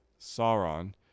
Sauron